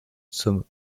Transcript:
zum